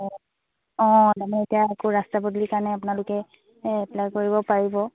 অ অঁ তামানে এতিয়া আকৌ ৰাস্তা পদূলিৰ কাৰণে আপোনালোকে এপ্লাই কৰিব পাৰিব